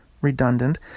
Redundant